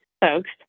folks